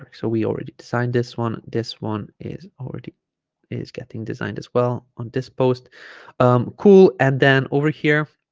so we already designed this one this one is already is getting designed as well on this post cool and then over here